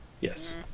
Yes